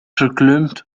verkleumd